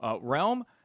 realm